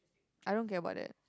I don't care about that